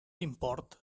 import